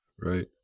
Right